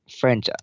French